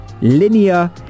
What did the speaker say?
linear